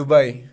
Dubai